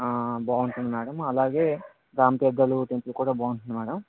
ఆ బాగుంటుంది మ్యాడం అలాగే డామ్ పెద్దలు టెంపుల్ కూడా బాగుంటుంది మ్యాడం